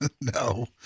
No